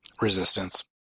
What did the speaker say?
Resistance